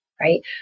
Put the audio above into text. Right